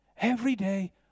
everyday